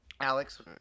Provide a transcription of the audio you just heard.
alex